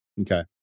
Okay